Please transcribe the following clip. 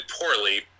poorly